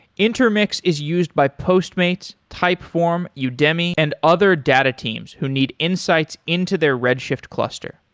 intermix is used by postmates, typeform, yeah udemy and other data teams who need insights into their redshift cluster.